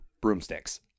broomsticks